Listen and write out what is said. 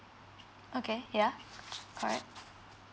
okay yeah correct